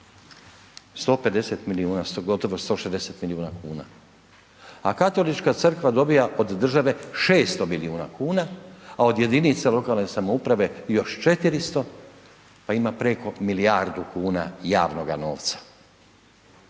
150 milijuna, gotovo 160 milijuna kuna, a Katolička crkva dobiva od države 600 milijuna kuna, a od jedinica lokalne samouprave još 400, pa ima preko milijardu kuna javnoga novca.